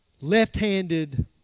left-handed